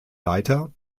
leiter